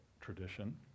tradition